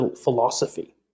philosophy